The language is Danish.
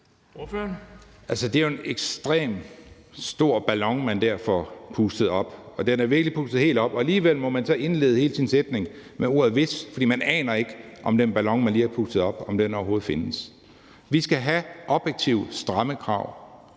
Det er jo en ekstremt stor ballon, man der får pustet op. Den er virkelig pustet helt op, og alligevel må man så indlede hele sin sætning med ordet hvis, for man aner ikke, om den ballon, man lige har pustet op, overhovedet findes. Vi skal have objektive, stramme krav,